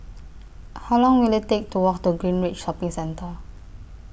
How Long Will IT Take to Walk to Greenridge Shopping Centre